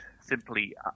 simply